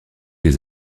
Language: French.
des